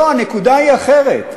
לא, הנקודה היא אחרת: